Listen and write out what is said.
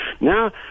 Now